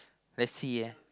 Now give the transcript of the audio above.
let's see aye